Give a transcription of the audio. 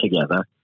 together